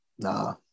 Nah